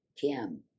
Kim